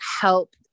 help